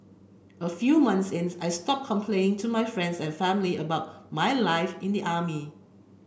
a few months in I stop complaining to my friends and family about my life in the army